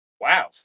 wow